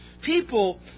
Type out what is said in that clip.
People